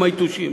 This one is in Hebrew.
עם היתושים,